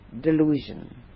delusion